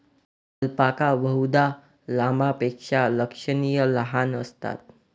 alpaca बहुधा लामापेक्षा लक्षणीय लहान असतात